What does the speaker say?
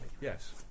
Yes